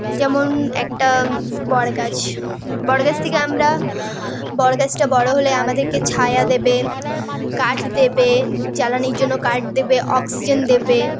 যেমন একটা বটগাছ বটগাছ থেকে আমরা বটগাছটা বড়ো হলে আমাদেরকে ছায়া দেবে কাঠ দেবে জ্বালানীর জন্য কাঠ দেবে অক্সিজেন